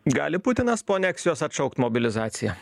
gali putinas po aneksijos atšaukt mobilizaciją